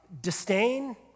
disdain